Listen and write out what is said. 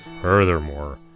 Furthermore